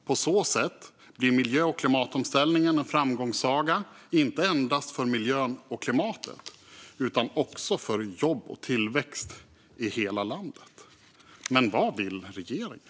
På så sätt blir miljö och klimatomställningen en framgångssaga inte endast för miljön och klimatet utan också för jobben och tillväxten i hela landet. Men vad vill regeringen?